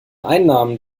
einnahmen